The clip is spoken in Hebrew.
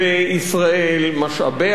משאבי הטבע השונים,